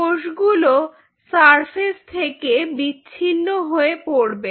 কোষগুলো সারফেস থেকে বিচ্ছিন্ন হয়ে পড়বে